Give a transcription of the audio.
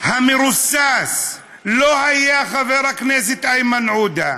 המרוסס לא היה חבר הכנסת איימן עודה,